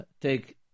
Take